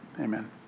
amen